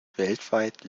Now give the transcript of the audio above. weltweit